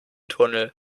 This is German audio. tunnel